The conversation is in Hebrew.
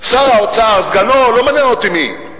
שר האוצר, סגנו, לא מעניין אותי מי,